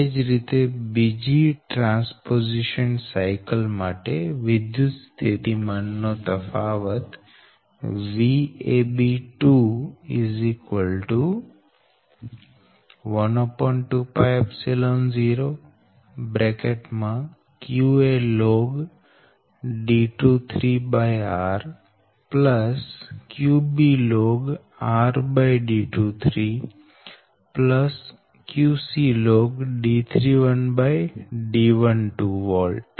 એ જ રીતે બીજી ટ્રાન્સપોઝીશન સાયકલ માટે વિદ્યુતસ્થિતિમાન નો તફાવત Vab120qalnD23rqblnrD23qclnD31D12 વોલ્ટ